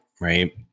right